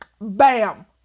bam